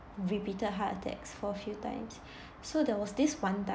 repeated heart attacks for a few times so there was this one time